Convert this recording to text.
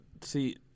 see